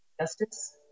justice